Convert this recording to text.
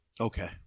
Okay